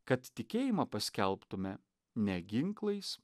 kad tikėjimą paskelbtume ne ginklais